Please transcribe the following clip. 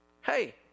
Hey